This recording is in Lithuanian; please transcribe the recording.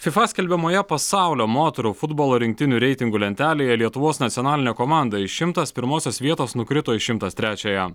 fifa skelbiamoje pasaulio moterų futbolo rinktinių reitingų lentelėje lietuvos nacionalinė komanda iš šimtas pirmosios vietos nukrito į šimtas trečiąją